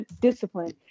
Discipline